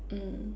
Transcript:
mm